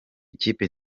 ikipe